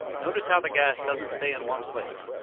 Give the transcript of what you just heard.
notice how the gas doesn't stay in one place.